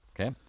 Okay